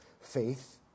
faith